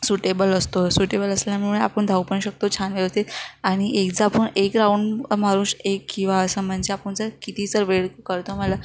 suitable असतो suitable असल्यामुळे आपण धावू पण शकतो छान व्यवस्थित आणि एक जर आपण एक राऊंड मारू श एक किंवा असं म्हणजे आपण जर किती जर वेळ करतो मला